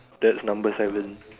that's number seven